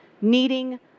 needing